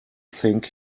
think